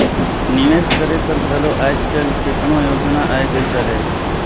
निवेस करे कर घलो आएज काएल केतनो योजना आए गइस अहे